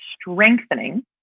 strengthening